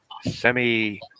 semi